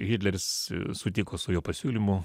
hitleris sutiko su jo pasiūlymu